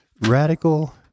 radical